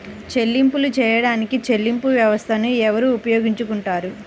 చెల్లింపులు చేయడానికి చెల్లింపు వ్యవస్థలను ఎవరు ఉపయోగించుకొంటారు?